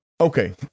Okay